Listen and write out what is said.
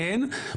כן,